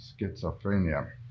schizophrenia